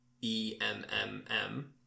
E-M-M-M